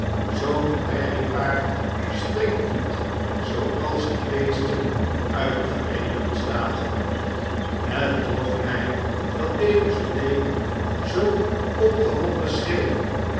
zoo'n prairiepaard springt niet zooals die beesten uit de vereenigde staten het trof my dat demus blake zoo opgewonden schreeuwde